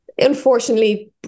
unfortunately